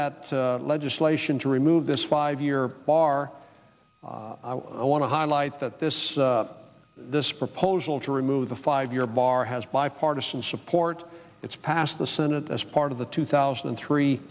that legislation to remove this five year bar i want to highlight that this this proposal to remove the five year bar has bipartisan support it's passed the senate as part of the two thousand and three